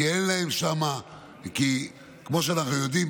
כי כמו שאנחנו יודעים,